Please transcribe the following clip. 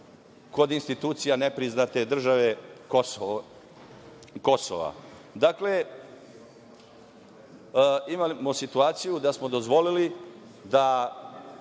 kod institucija nepriznate države Kosova. Dakle, imamo situaciju da smo dozvolili da